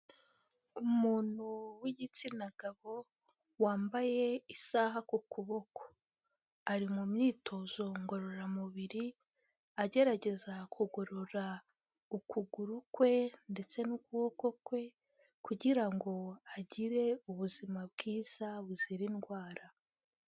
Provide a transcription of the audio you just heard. Umuntu w'igitsina gabo wambaye isaha ku kuboko, ari mu myitozo ngororamubiri agerageza kugorora ukuguru kwe ndetse n'ukuboko kwe kugira ngo agire ubuzima bwiza buzira indwara.